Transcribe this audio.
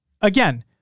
again